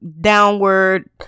downward